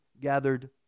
gathered